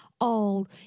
old